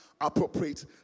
appropriate